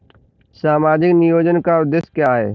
सामाजिक नियोजन का उद्देश्य क्या है?